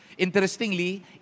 Interestingly